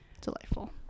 delightful